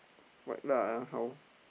fight lah how